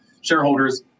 shareholders